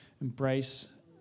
embrace